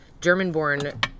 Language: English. German-born